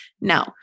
No